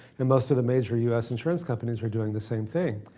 and most of the major us insurance companies are doing the same thing.